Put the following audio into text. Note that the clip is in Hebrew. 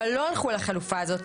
אבל לא הלכו לחלופה הזאת.